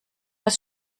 das